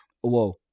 Whoa